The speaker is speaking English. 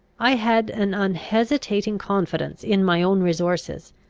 i had an unhesitating confidence in my own resources,